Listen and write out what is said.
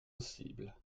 possible